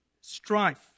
strife